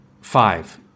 five